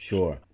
Sure